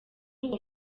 uwo